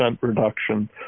reduction